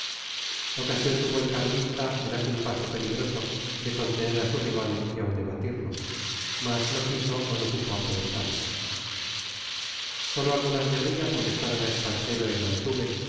altuve ocasión tuvo el carlista en aquel paso peligroso de contener a su rival y aun de batirlo mas no quiso o no supo aprovecharla sólo algunas guerrillas molestaron a espartero en altuve